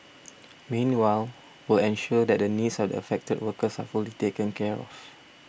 meanwhile will ensure that the needs of the affected workers are fully taken care of